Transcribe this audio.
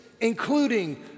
including